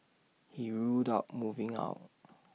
he ruled out moving out